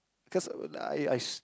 cause uh like I I s~